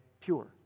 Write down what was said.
pure